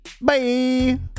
bye